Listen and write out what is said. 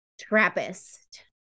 Trappist